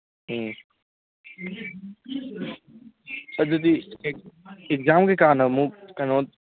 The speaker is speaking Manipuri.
ꯎꯝ ꯑꯗꯨꯗꯤ ꯑꯦꯛꯖꯥꯝ ꯀꯩꯀꯥꯅ ꯑꯃꯨꯛ ꯀꯩꯅꯣ